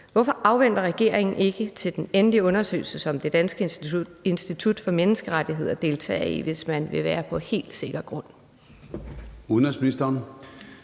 Hvorfor afventer regeringen ikke den endelige undersøgelse, som det danske Institut for Menneskerettigheder deltager i, hvis man vil være på helt sikker grund?